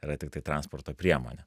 yra tiktai transporto priemonė